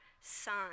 son